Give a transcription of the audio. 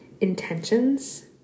Intentions